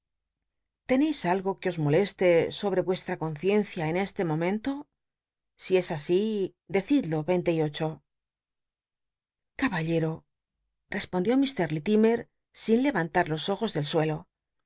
teneis algo que os moleste sobre vueslla conciencia en este momento si es así decid lo veinte y ocho caballero respondió lt lillimcr sin lc antar los ojos del suelo